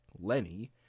Lenny